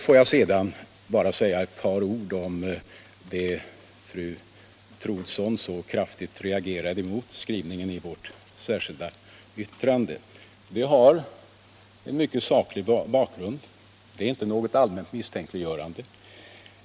Får jag sedan säga bara några ord om skrivningen i vårt särskilda yttrande, som fru Troedsson så reagerade mot. Vi har en mycket saklig bakgrund för den skrivningen — det är inte fråga om något allmänt misstänkliggörande.